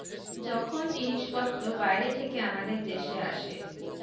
যখন জিনিসপত্র বাইরে থেকে আমাদের দেশে আসে